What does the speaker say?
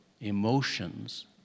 emotions